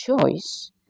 choice